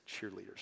cheerleaders